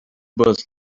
bus